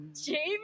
Jamie